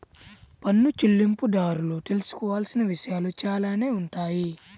పన్ను చెల్లింపుదారులు తెలుసుకోవాల్సిన విషయాలు చాలానే ఉంటాయి